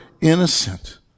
innocent